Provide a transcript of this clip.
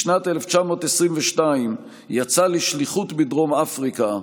בשנת 1929 יצא לשליחות בדרום אפריקה,